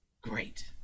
Great